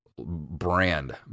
brand